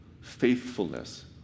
faithfulness